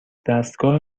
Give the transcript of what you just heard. دستگاه